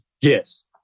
Yes